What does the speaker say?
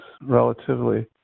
relatively